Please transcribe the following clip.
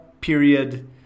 period